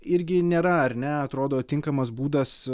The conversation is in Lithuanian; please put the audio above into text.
irgi nėra ar ne atrodo tinkamas būdas